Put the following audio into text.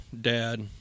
Dad